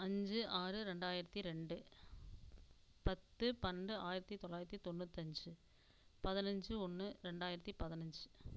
அஞ்சு ஆறு ரெண்டாயிரத்தி ரெண்டு பத்து பன்னெண்டு ஆயிரத்தி தொள்ளாயிரத்தி தொண்ணூற்றஞ்சு பதினஞ்சு ஒன்று ரெண்டாயிரத்தி பதினஞ்சு